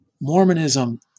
Mormonism